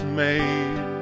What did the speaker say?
made